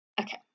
Okay